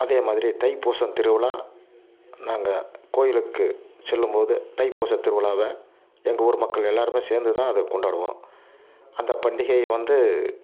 அதே மாதிரி தைப்பூசம் திருவிழா நாங்கள் கோவிலுக்கு செல்லும் போது தைபூசத் திருவிழாவை எங்கள் ஊர் மக்கள் எல்லாரும் சேர்ந்து தான் அதை கொண்டாடுவோம் அந்த பண்டிகை வந்து